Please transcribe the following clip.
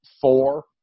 four